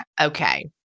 Okay